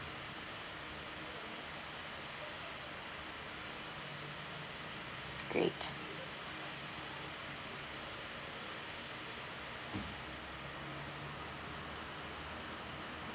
great